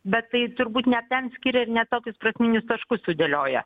bet tai turbūt ne ten skiria ir ne tokius prasminius taškus sudėlioja